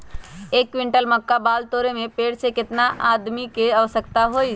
एक क्विंटल मक्का बाल तोरे में पेड़ से केतना आदमी के आवश्कता होई?